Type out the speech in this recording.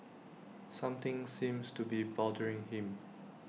something seems to be bothering him